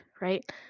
right